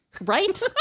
Right